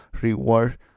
reward